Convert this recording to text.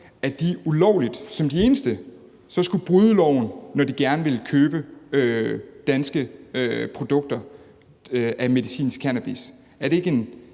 patienter som de eneste så skulle bryde loven, når de gerne ville købe danske produkter af medicinsk cannabis?